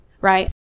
right